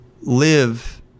live